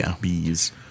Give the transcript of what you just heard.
bees